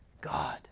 god